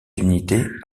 unités